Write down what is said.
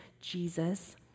Jesus